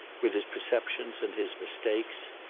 with his perceptions and his mistakes,